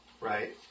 Right